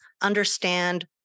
understand